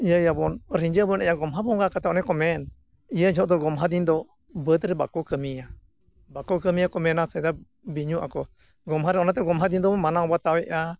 ᱤᱭᱟᱹᱭᱟᱵᱚᱱ ᱨᱤᱡᱟᱹ ᱵᱚᱱ ᱤᱭᱟᱹ ᱜᱚᱢᱦᱟ ᱵᱚᱸᱜᱟ ᱠᱟᱛᱮ ᱚᱱᱮ ᱠᱚ ᱢᱮᱱ ᱤᱭᱟᱹ ᱡᱚᱠᱷᱚᱱ ᱫᱚ ᱜᱚᱢᱦᱟ ᱫᱤᱱ ᱫᱚ ᱵᱟᱹᱫ ᱨᱮ ᱵᱟᱠᱚ ᱠᱟᱹᱢᱤᱭᱟ ᱵᱟᱠᱚ ᱠᱟᱹᱢᱤᱭᱟ ᱢᱮᱱᱟ ᱥᱮᱫᱟᱭ ᱵᱤᱧᱚᱜ ᱟᱠᱚ ᱜᱚᱢᱦᱟ ᱨᱮ ᱚᱱᱟᱛᱮ ᱜᱚᱢᱦᱟ ᱫᱤᱱ ᱫᱚᱵᱚ ᱢᱟᱱᱟᱣ ᱵᱟᱛᱟᱣ ᱮᱜᱼᱟ